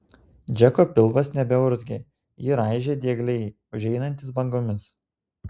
džeko pilvas nebeurzgė jį raižė diegliai užeinantys bangomis